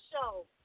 show